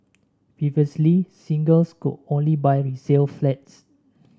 previously singles could only buy resale flats